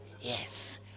yes